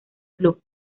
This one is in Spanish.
club